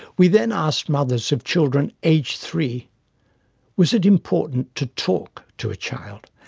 we then asked mothers of children aged three was it important to talk to a child?